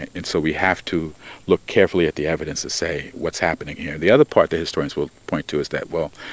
and so we have to look carefully at the evidence to say what's happening here the other part that historians will point to is that, well,